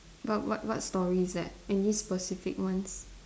but what what story is that any specific ones